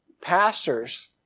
pastors